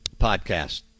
podcast